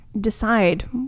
decide